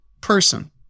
person